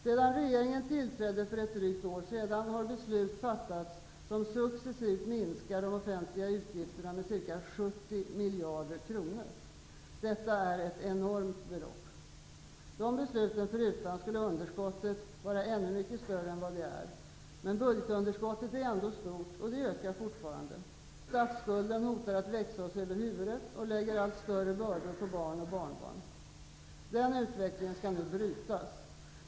Sedan regeringen tillträdde för drygt ett år sedan har beslut fattats som successivt minskar de offentliga utgifterna med ca 70 miljarder kronor. Det är ett enormt belopp. Dessa beslut förutan skulle underskottet vara ännu mycket större än vad det är. Men budgetunderskottet är ändå stort, och det ökar fortfarande. Statsskulden hotar att växa oss över huvudet och lägger allt större bördor på barn och barnbarn. Den utvecklingen skall nu brytas.